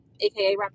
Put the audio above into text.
aka